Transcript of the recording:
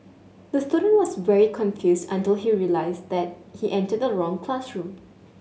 the student was very confused until he realised that he entered the wrong classroom